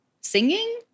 singing